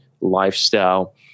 lifestyle